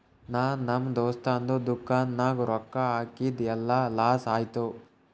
ನಾ ನಮ್ ದೋಸ್ತದು ದುಕಾನ್ ನಾಗ್ ರೊಕ್ಕಾ ಹಾಕಿದ್ ಎಲ್ಲಾ ಲಾಸ್ ಆಯ್ತು